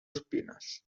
espines